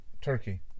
Turkey